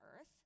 earth